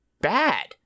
bad